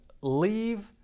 leave